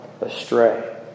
astray